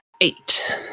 Eight